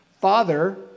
Father